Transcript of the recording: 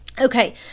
okay